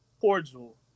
Cordial